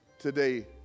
today